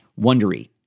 Wondery